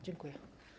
Dziękuję.